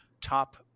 top